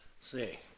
see